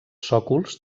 sòcols